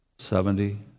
Seventy